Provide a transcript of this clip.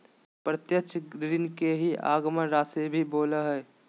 प्रत्यक्ष ऋण के ही आगमन राशी भी बोला हइ